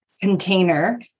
container